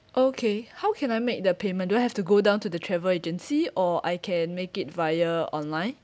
okay how can I make the payment do I have to go down to the travel agency or I can make it via online